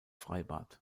freibad